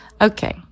Okay